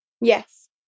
Yes